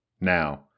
Now